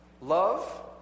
Love